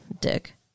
dick